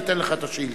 אני אתן לך את השאילתא.